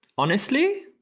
honestly,